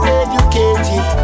educated